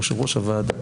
ליושב-ראש הוועדה